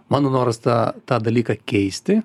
mano noras tą tą dalyką keisti